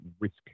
risk